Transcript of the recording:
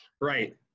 Right